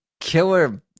killer